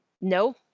no